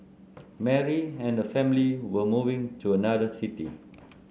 Mary and her family were moving to another city